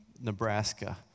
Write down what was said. Nebraska